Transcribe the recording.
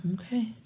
Okay